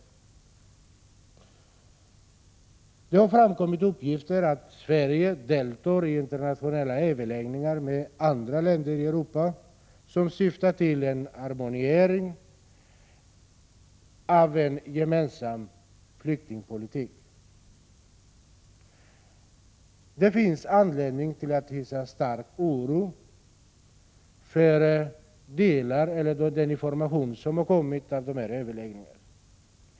Det har framkommit uppgifter om att Sverige deltar i överläggningar med 2 andra länder i Europa, som syftar till en harmoniering av flyktingpolitiken. Man vill uppnå en gemensam politik på detta område. Det finns anledning att hysa stark oro för den information som har kommit om dessa överläggningar.